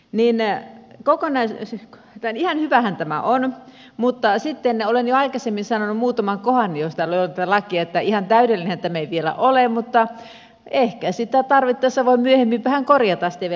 niin näin kaukana ei saisi periä ihan hyvähän tämä on mutta olen jo aikaisemmin sanonut muutaman kohdan tästä laista niin että ihan täydellinenhän tämä ei vielä ole mutta ehkä sitä tarvittaessa voi myöhemmin vähän korjata sitten vielä eteenpäin